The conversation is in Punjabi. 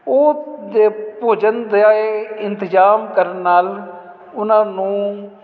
ਉਹ ਦੇ ਭੋਜਨ ਲਿਆਏ ਇੰਤਜ਼ਾਮ ਕਰਨ ਨਾਲ ਉਹਨਾਂ ਨੂੰ